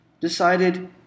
decided